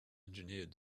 engineered